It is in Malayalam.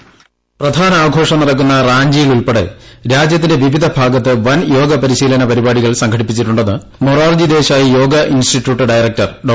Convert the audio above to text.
ഹോൾഡ് വോയിസ് പ്രധാന ആഘോഷം നടക്കുന്ന റാഞ്ചിയിലുൾപ്പെടെ രാജ്യത്തിന്റെ വിവിധ ഭാഗത്ത് വൻ യോഗ പരിശീലന പരിപാടികൾ സംഘടിപ്പിച്ചിട്ടുണ്ടെന്ന് മൊറാർജി ദേശായി യോഗ ഇൻസ്റ്റിട്യൂട്ട് ഡയറക്ടർ ഡോ